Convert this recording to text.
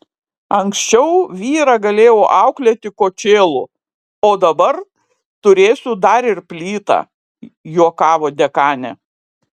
anksčiau vyrą galėjau auklėti kočėlu o dabar turėsiu dar ir plytą juokavo dekanė